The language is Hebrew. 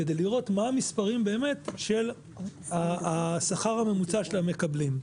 כדי לראות מה המספרים באמת של השכר הממוצע של המקבלים.